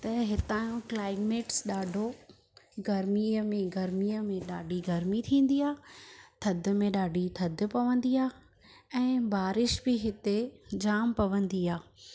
त हितांजो क्लाइमेट्स ॾाढो गर्मीअ में गर्मीअ में ॾाढी गर्मी थींदी आहे थदि में ॾाढी थदि पवंदी आहे ऐं बारिश बि हिते जाम पवंदी आहे